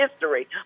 history